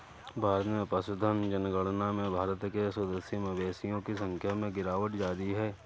भारत में पशुधन जनगणना में भारत के स्वदेशी मवेशियों की संख्या में गिरावट जारी है